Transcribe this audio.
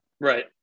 Right